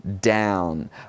down